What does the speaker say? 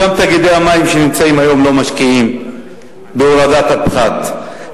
גם תאגידי המים שנמצאים שם היום לא משקיעים בהורדת הפחת,